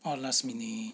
orh last minute